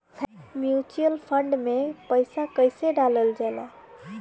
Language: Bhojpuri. म्यूचुअल फंड मे पईसा कइसे डालल जाला?